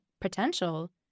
potential